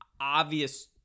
obvious